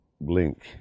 blink